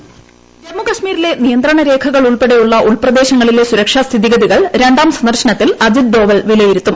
voice ജമ്മുകശ്മീരിലെ നിയന്ത്രണരേഖകൾ ഉൾപ്പെടെയുളള ഉൾപ്രദേശ ങ്ങളിലെ സുരക്ഷാ സ്ഥിതിഗതികൾ രണ്ടാം സന്ദർശനത്തിൽ അജിത് ഡോവൽ വിലയിരുത്തും